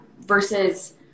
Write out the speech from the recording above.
versus